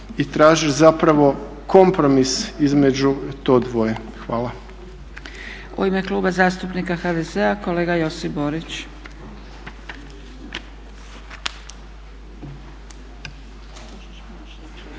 i tražit zapravo kompromis između to dvoje. Hvala.